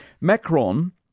Macron